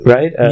Right